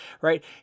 right